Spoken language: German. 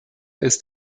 ist